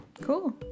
cool